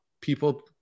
People